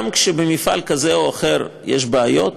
גם כשבמפעל כזה או אחר יש בעיות,